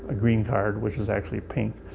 ah green card, which is actually pink.